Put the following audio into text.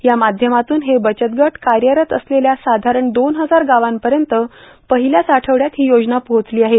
या माध्यमातून हे बचतगट कार्यरत असलेल्या साधारण दोन हजार गावांपर्यंत पहिल्याचं आठवडयात ही योजना पोहोचली आहे